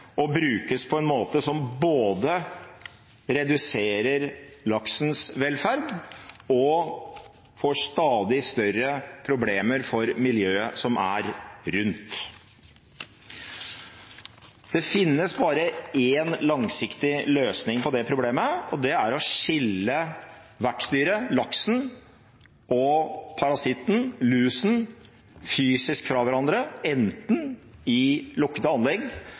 og brukes på en måte som både reduserer laksens velferd og fører til stadig større problemer for miljøet som er rundt. Det finnes bare én langsiktig løsning på det problemet, og det er å skille vertsdyret – laksen – og parasitten – lusen – fysisk fra hverandre, enten i lukkede anlegg